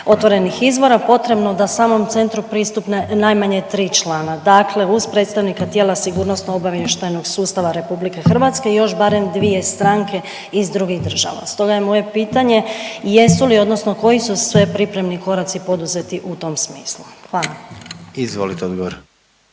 otvorenih izvora potrebno da samom centru pristupe najmanje 3 člana, dakle uz predstavnika tijela Sigurnosno-obavještajnog sustava RH još barem 2 stranke iz drugih država. Stoga je moje pitanje jesu li odnosno koji su sve pripremni koraci poduzeti u tom smislu? Hvala. **Jandroković,